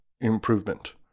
Improvement